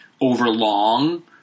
overlong